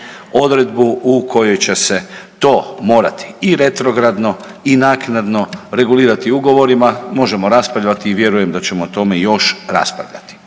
odredbu u kojoj će se to morati i retrogradno i naknadno regulirati ugovorima, možemo raspravljati i vjerujem da ćemo o tome još raspravljati.